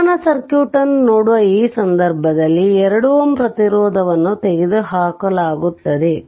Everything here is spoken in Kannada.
ಸಮಾನ ಸರ್ಕ್ಯೂಟ್ನ್ನು ನೋಡುವ ಈ ಸಂದರ್ಭದಲ್ಲಿ 2 Ω ಪ್ರತಿರೋಧವನ್ನು ತೆಗೆದುಹಾಕಲಾಗುತ್ತದೆ